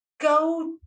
go